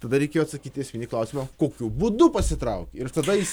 tada reikėjo atsakyt į esminį klausimą kokiu būdu pasitrauki ir tada jis